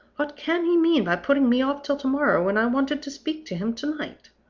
what can he mean by putting me off till to-morrow, when i wanted to speak to him to-night?